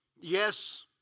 Yes